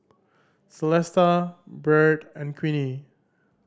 Celesta Byrd and Queenie